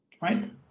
Right